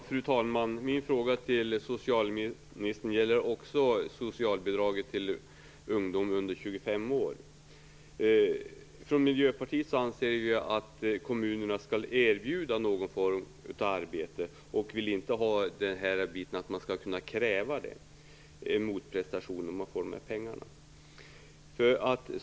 Fru talman! Min fråga till socialministern gäller också socialbidraget till ungdom under 25 år. Miljöpartiet anser att kommunerna skall erbjuda någon form av arbete. Vi vill inte ha det här med att man skall kunna kräva motprestationer av dem som får pengarna.